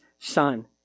Son